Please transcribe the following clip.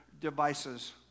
devices